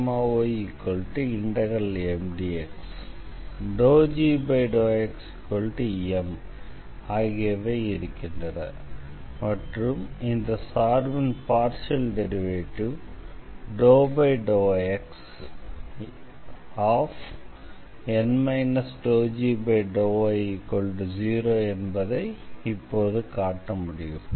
எனவே இப்போது gxy∫Mdx ∂g∂xM ஆகியவை இருக்கின்றன மற்றும் இந்த சார்பின் பார்ஷியல் டெரிவேட்டிவ் ∂xN ∂g∂y0 என்பதை இப்போது காட்ட முடியும்